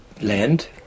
land